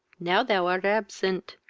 now thou art absent,